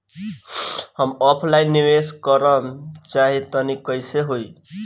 हम ऑफलाइन निवेस करलऽ चाह तनि कइसे होई?